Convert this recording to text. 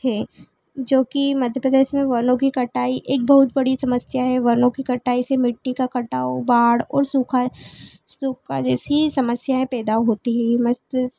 थे जो कि मध्य प्रदेश में वनों की कटाई एक बहुत बड़ी समस्या है वनों की कटाई से मिट्टी का कटाव बाढ़ और सुखा सूखा जैसी समस्याएँ पैदा होती है